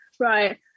Right